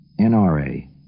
NRA